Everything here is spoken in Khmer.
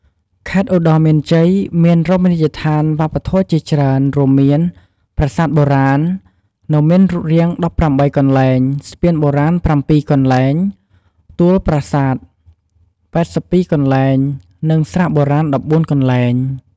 ខេត្តឧត្តរមានជ័យមានរមនីយដ្ឋានវប្បធម៌ជាច្រើនរួមមាន ប្រាសាទបុរាណ នៅមានរូបរាង ១៨ កន្លែង ស្ពានបុរាណ ៧កន្លែង ទួលប្រសាទ៨២ កន្លែង និង ស្រះបុរាណ ១៤ កន្លែង។